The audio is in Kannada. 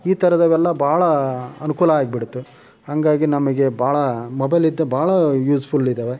ಈ ಥರದವೆಲ್ಲ ಭಾಳ ಅನುಕೂಲ ಆಗ್ಬಿಡ್ತು ಹಂಗಾಗಿ ನಮಗೆ ಭಾಳ ಮೊಬೈಲಿಂದ ಭಾಳ ಯೂಸ್ಫುಲ್ಲಿದ್ದಾವೆ